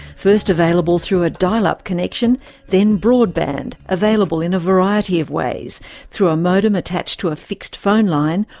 first available through a dial-up connection then broadband, available in a variety of ways through a modem attached to a fixed phone line,